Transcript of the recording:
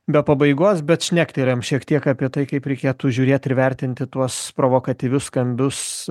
be pabaigos bet šnektelėjom šiek tiek apie tai kaip reikėtų žiūrėt ir vertinti tuos provokatyvius skambius